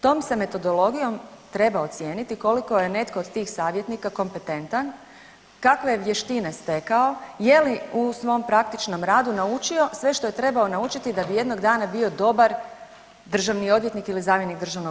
Tom se metodologijom treba ocijeniti koliko je netko od tih savjetnika kompetentan, kakve vještine stekao, je li u svom praktičnom radu naučio sve što je trebao naučiti da bi jednog dana bio dobar državni odvjetnik ili zamjenik državnog